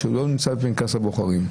שהוא לא נמצא בפנקס הבוחרים.